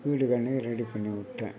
வீடு கண்ணி ரெடி பண்ணி விட்டேன்